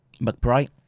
McBride